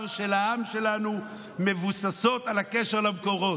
של העם שלנו מבוססות על הקשר למקורות.